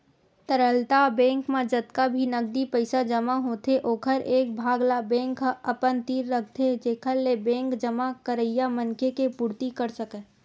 तरलता बेंक म जतका भी नगदी पइसा जमा होथे ओखर एक भाग ल बेंक ह अपन तीर रखथे जेखर ले बेंक जमा करइया मनखे के पुरती कर सकय